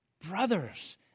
brothers